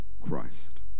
Christ